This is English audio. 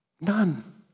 None